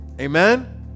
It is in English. Amen